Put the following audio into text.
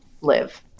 live